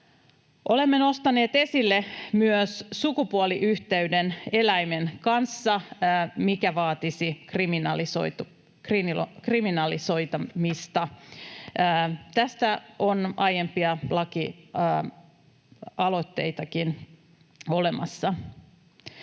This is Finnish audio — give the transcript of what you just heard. Olemme nostaneet esille myös sukupuoliyhteyden eläimen kanssa, mikä vaatisi kriminalisointia. Tästä on aiempia lakialoitteitakin olemassa.